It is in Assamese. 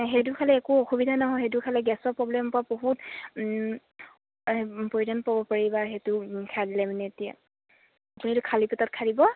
সেইটো খালে একো অসুবিধা নহয় সেইটো খালে গেছৰ প্ৰব্লেম পৰা বহুত পৰিধান পাব পাৰিবা সেইটো খাই দিলে মানে এতিয়া আপুনিটো খালী পেটত খাই দিব